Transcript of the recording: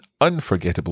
unforgettable